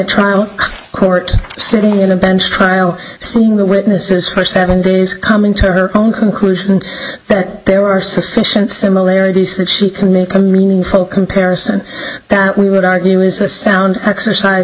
trial court sitting in a bench trial seeing the witnesses for seven days come into her own conclusion that there are sufficient similarities that she can make a meaningful comparison that we would argue is a sound exercise